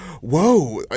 whoa